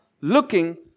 looking